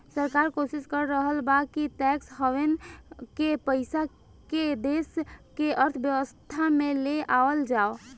सरकार कोशिस कर रहल बा कि टैक्स हैवेन के पइसा के देश के अर्थव्यवस्था में ले आवल जाव